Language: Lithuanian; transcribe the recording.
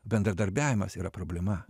bendradarbiavimas yra problema